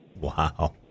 Wow